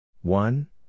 One